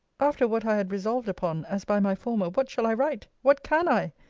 after what i had resolved upon, as by my former, what shall i write? what can i?